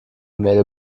mail